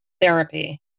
therapy